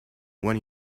when